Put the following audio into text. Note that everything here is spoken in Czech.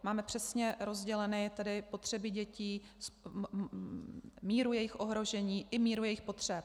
Máme přesně rozděleny potřeby dětí, míru jejich ohrožení i míru jejich potřeb.